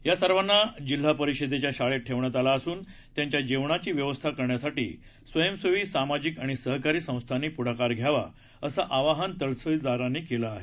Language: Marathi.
या सर्वाना जिल्हा परिषदेच्या शाळेत ठेवण्यात आलं असून त्यांच्या जेवणाची व्यवस्था करण्यासाठी स्वयंसेवी सामाजिक आणि सहकारी संस्थानी प्ढाकार घ्यावा असे आवाहन तहसीलदारांनी केली आहे